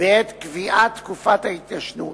בעת קביעת תקופת ההתיישנות,